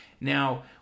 Now